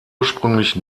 ursprünglich